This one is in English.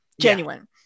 genuine